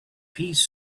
piece